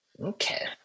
Okay